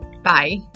Bye